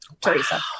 Teresa